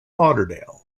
lauderdale